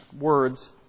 words